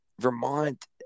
Vermont